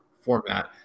format